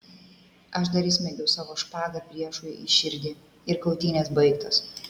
aš dar įsmeigiau savo špagą priešui į širdį ir kautynės baigtos